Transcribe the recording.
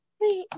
Wait